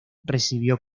recibió